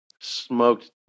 smoked